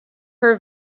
her